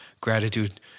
gratitude